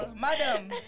madam